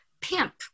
pimp